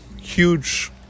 huge